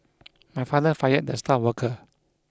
my father fired the star worker